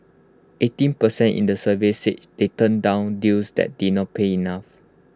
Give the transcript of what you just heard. eighteen per cent in the survey said they've turned down deals that did not pay enough